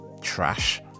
trash